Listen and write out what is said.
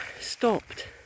stopped